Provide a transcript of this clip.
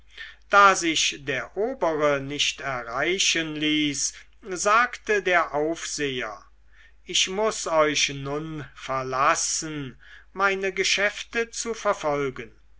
da sich der obere nicht erreichen ließ sagte der aufseher ich muß euch nun verlassen meine geschäfte zu verfolgen